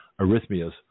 arrhythmias